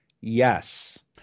yes